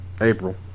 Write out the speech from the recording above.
April